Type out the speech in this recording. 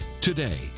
Today